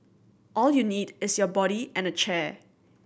all you need is your body and a chair